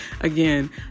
Again